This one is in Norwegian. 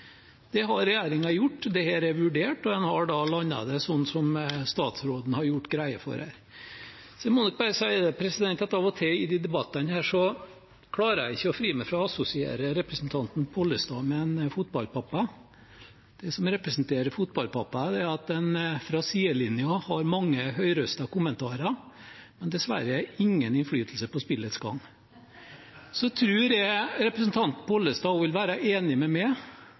det ikke lå penger inne, men der en ba regjeringen om å komme tilbake med en sak. Det har regjeringen gjort. Dette er vurdert og en har da landet det, slik som statsråden har gjort greie for her. Så jeg må nok bare si at av og til i disse debattene klarer jeg ikke å fri meg fra å assosiere representanten Pollestad med en fotballpappa. Det som karakteriserer fotballpappaer er at en fra sidelinjen har mange høyrøstede kommentarer, men dessverre ingen innflytelse på spillets gang. Så tror jeg